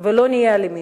ולא נהיה אלימים.